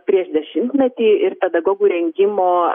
prieš dešimtmetį ir pedagogų rengimo